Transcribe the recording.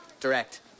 Direct